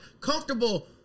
comfortable